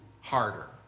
harder